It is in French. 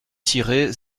siret